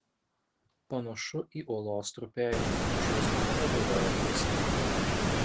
panašu į uolos trupėjimą užjausdama pagalvojo kristė